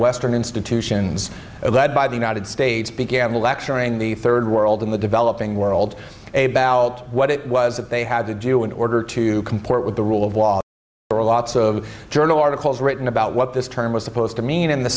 western institutions led by the united states began lecturing the third world in the developing world a bout what it was that they had to do in order to comport with the rule of law are lots of journal articles written about what this term was supposed to mean in the